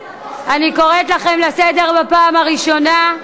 אני קוראת לכם לסדר בפעם הראשונה.